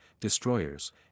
destroyers